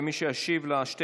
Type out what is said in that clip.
שר